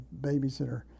babysitter